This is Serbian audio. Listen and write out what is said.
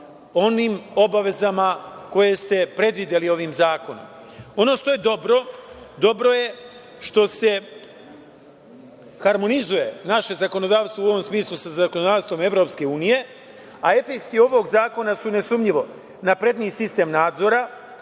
onim obavezama koje ste predvideli ovim zakonom. Ono što je dobro, dobro je što se harmonizuje naše zakonodavstvo u ovom smislu sa zakonodavstvom EU, a efekti ovog zakona su nesumnjivo napredniji sistem nadzora,